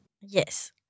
Yes